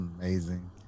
amazing